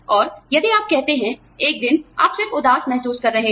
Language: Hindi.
और यदि आप कहते हैं एक दिन आप सिर्फ उदास महसूस कर रहे हैं